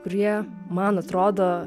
kurie man atrodo